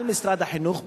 על משרד החינוך,